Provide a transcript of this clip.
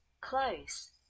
Close